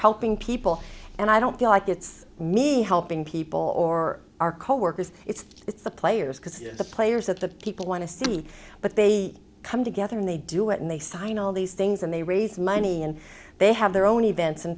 helping people and i don't feel like it's me helping people or our coworkers it's the players because the players that the people want to see but they come together and they do it and they sign all these things and they raise money and they have their own events